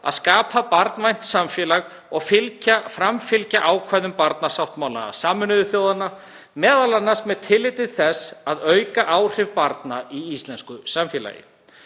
að skapa barnvænt samfélag og framfylgja ákvæðum barnasáttmála Sameinuðu þjóðanna, m.a. með tilliti til þess að auka áhrif barna í íslensku samfélagi.